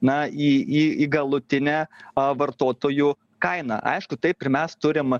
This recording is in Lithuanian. na į į į galutinę a vartotojų kainą aišku taip ir mes turim